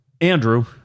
Andrew